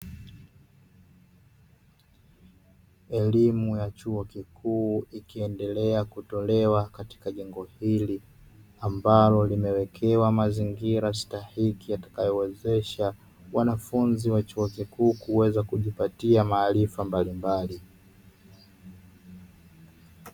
Elimu ya chuo kikuu ikiendelea kutolewa katika jengo hili ambalo limewekewa mazingira stahiki yatakayowezesha wanafunzi wa chuo kikuu kuweza kujipatia maarifa mbalimbali.